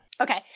Okay